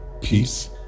peace